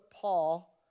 Paul